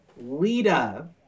Lita